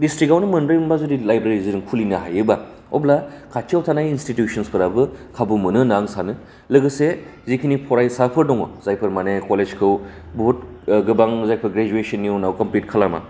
डिसट्रिकआवनो मोनब्रै मोनबा जुदि लाइब्रेरि जों खुलिनो हायोब्ला अब्ला खाथियाव थानाय इन्सटिटिउसनफोराबो खाबु मोनो होनना आं सानो लोगोसे जिखिनि फरायसाफोर दङ जायफोर माने कलेजखौ बहुद गोबां जायफोर ग्रेजुवेसननि उनाव कमप्लिट खालामा